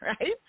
right